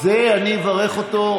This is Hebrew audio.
אני מברך אותו.